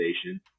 station